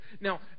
Now